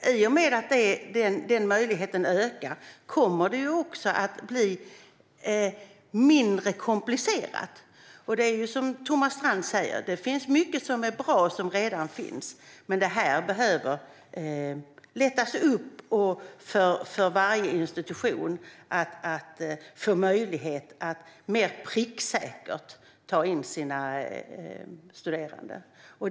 I och med att den möjligheten ökar kommer det också att bli mindre komplicerat. Det är som Thomas Strand säger: Det finns mycket som är bra och som redan finns. Men det här behöver lättas upp, så att varje institution får möjlighet att mer pricksäkert ta in sina studerande.